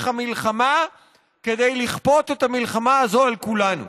המלחמה כדי לכפות את המלחמה הזו על כולנו.